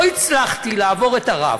לא הצלחתי לעבור את הרף.